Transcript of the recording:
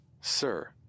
Sir